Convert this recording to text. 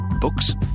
Books